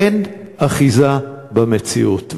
אין אחיזה במציאות.